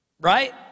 right